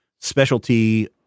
specialty